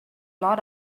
lot